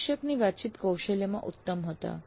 પ્રશિક્ષકની વાતચીત કૌશલ્યમાં ઉત્તમ હતા